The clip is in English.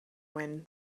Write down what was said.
wind